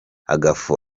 agafu